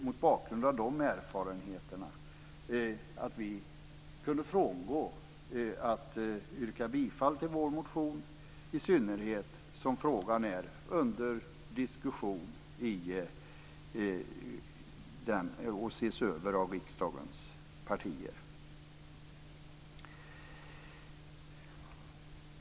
Mot bakgrund av de erfarenheterna kan vi i Vänsterpartiet frångå att yrka bifall till vår motion, i synnerhet som frågan är under diskussion och ses över av riksdagens partier.